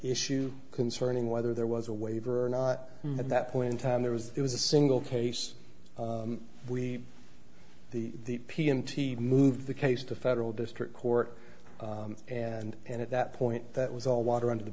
issue concerning whether there was a waiver or not at that point in time there was it was a single case we the p m t moved the case to federal district court and and at that point that was all water under the